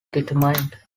determined